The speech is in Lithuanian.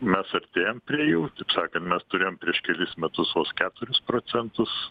mes artėjam prie jų taip sakant mes turėjom prieš kelis metus vos keturis procentus